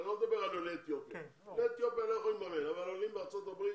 אני לא מדבר על עולי אתיופיה שלא יכולים לממן אבל עולים מארצות הברית